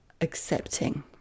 accepting